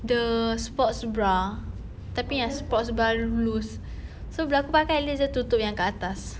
the sports bra tapi yang sports bra loose so bila aku pakai at least dia tutup yang kat atas